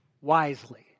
wisely